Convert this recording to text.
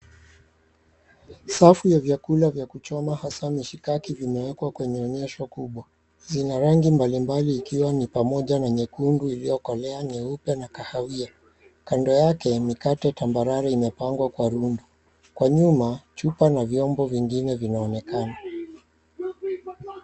Safu ya vyakula vya kuchoma hasa mishikaki vimewekwa kwenye onyesho kubwa. Zina rangi mbalimbali ikiwa ni pamoja na nyekundu iliyokolea, nyeupe na kahawia. Kando yake mikate tambarare imepangwa kwa rundo. Kwa nyuma chupa na vyombo vingine vinaonekana.